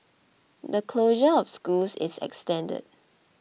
the closure of schools is extended